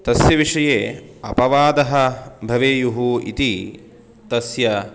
तस्य विषये अपवादः भवेयुः इति तस्य